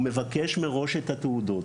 הוא מבקש מראש את התעודות.